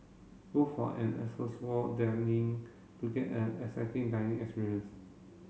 go for an dining to get an exciting dining experience